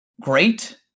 great